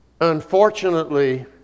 Unfortunately